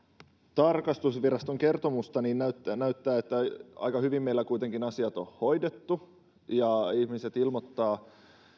tarkastusviraston kertomusta niin näyttää siltä että aika hyvin meillä kuitenkin asiat on hoidettu ja ihmiset ilmoittavat